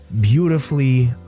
beautifully